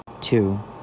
two